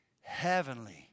heavenly